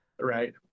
right